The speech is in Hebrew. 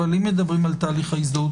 אבל אם מדברים על תהליך ההזדהות